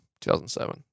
2007